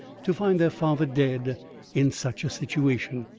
to find their father dead in such a situation!